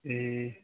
ए